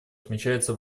отмечается